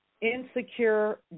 insecure